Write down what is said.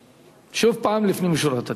שוב פעם לפנים משורת הדין.